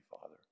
Father